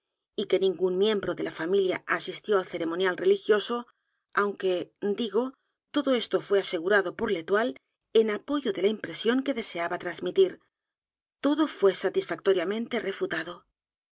y que ningún miembro de la familia asistió al ceremonial religioso aunque digo todo esto fué asegurado por l'étoile en apoyo de la impresión que deseaba trasmitir todo fué satisfactoriamente refutado